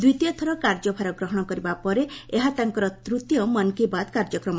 ଦ୍ୱିତୀୟଥର କାର୍ଯ୍ୟଭାର ଗ୍ରହଣ କରିବା ପରେ ଏହା ତାଙ୍କର ତୂତୀୟ ମନ୍ କି ବାତ୍ କାର୍ଯ୍ୟକ୍ରମ